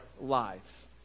lives